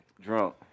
Drunk